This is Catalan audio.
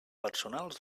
personals